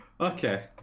Okay